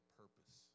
purpose